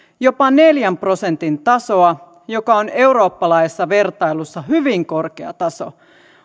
jopa neljän prosentin tasoa joka on eurooppalaisessa vertailussa hyvin korkea taso